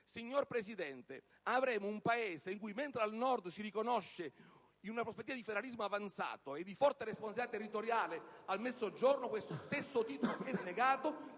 Signor Presidente, avremo un Paese in cui, mentre al Nord si riconosce una prospettiva di federalismo avanzato e di forte responsabilità territoriale, al Mezzogiorno questo stesso titolo viene negato,